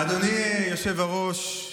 אדוני היושב-ראש,